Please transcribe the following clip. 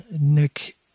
Nick